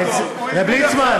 רב ליצמן.